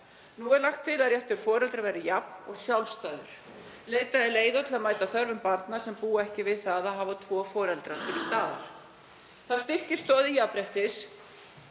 Nú er lagt til að réttur foreldra verði jafn og sjálfstæður. Leitað er leiða til að mæta þörfum barna sem búa ekki við það að hafa tvo foreldra til staðar. Það styrkir stoðir jafnréttis því